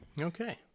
Okay